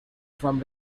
from